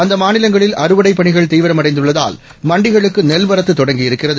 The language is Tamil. அந்தமாநிலங்களில்அறுவடைப்பணிகள்தீவிரம்அடைந்துள்ள தால் மண்டிகளுக்குநெல்வரத்துதொடங்கியிருக்கிறது